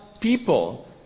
people